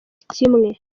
kimwe